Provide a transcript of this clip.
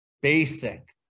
basic